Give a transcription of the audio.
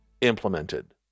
implemented